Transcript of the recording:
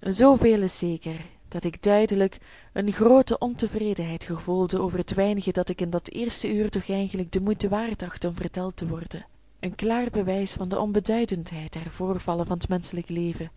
veel is zeker dat ik duidelijk eene groote ontevredenheid gevoelde over het weinige dat ik in dat eerste uur toch eigenlijk de moeite waard achtte om verteld te worden een klaar bewijs van de onbeduidendheid der voorvallen van t menschelijk leven